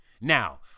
Now